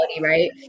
right